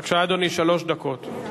בבקשה, אדוני, שלוש דקות.